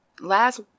Last